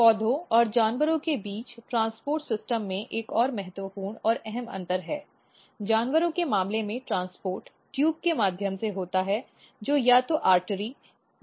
पौधों और जानवरों के बीच ट्रांसपोर्ट सिस्टम में एक और महत्वपूर्ण और अहम अंतर है जानवरों के मामले में ट्रांसपोर्टट्यूब के माध्यम से होता है जो या तो धमनी या नसों होती है